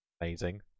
amazing